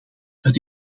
het